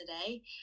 today